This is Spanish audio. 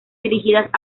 dirigidas